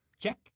check